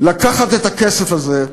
לקחת את הכסף הזה,